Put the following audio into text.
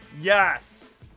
yes